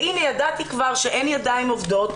והנה ידעתי כבר שאין ידיים עובדות,